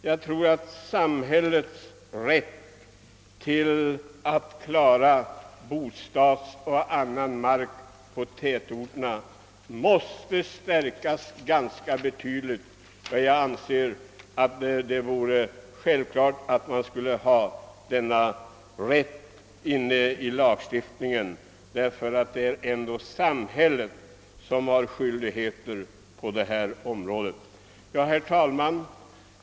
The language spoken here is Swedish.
Jag tror att samhällets rätt att tillgodose sitt behov av mark för bostadsbebyggelse och andra ändamål måste utvidgas betydligt och jag anser att det vore självklart att lagfästa denna rätt. Det är ändå samhället som har skyldigheter att ordna för bostadsbebyggelse och annat. Herr talman!